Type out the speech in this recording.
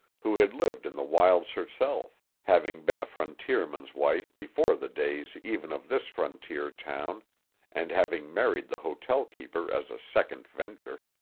who had lived in the wilds herself, having been a frontierman's wife before the days even of this frontier town and having married the hotel-keeper as a second venture.